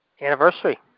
anniversary